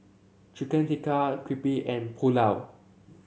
Chicken Tikka Crepe and Pulao